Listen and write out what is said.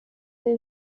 den